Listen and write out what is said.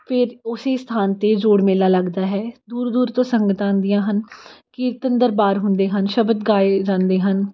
ਫਿਰ ਉਸੇ ਸਥਾਨ 'ਤੇ ਜੋੜ ਮੇਲਾ ਲੱਗਦਾ ਹੈ ਦੂਰ ਦੂਰ ਤੋਂ ਸੰਗਤਾਂ ਆਉਂਦੀਆਂ ਹਨ ਕੀਰਤਨ ਦਰਬਾਰ ਹੁੰਦੇ ਹਨ ਸ਼ਬਦ ਗਾਏ ਜਾਂਦੇ ਹਨ